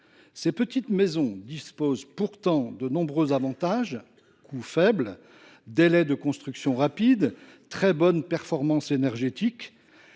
Ces petites maisons disposent pourtant de nombreux avantages : coût faible, délai de construction rapide, très bonne performance énergétique.